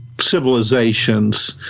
civilizations